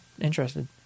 interested